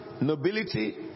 nobility